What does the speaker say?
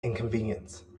inconvenience